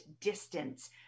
distance